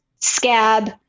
scab